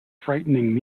frightening